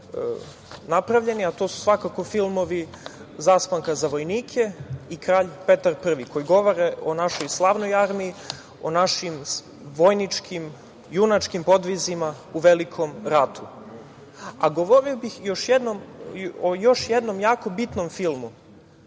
napravljeni, a to su svakako filmovi „Zaspanka za vojnike“ i „Kralj Petar I“ koji govore o našoj slavnoj armiji, o našim vojničkim, junačkim podvizima u velikom ratu, a govorio bih o još jednom jako bitnom filmu,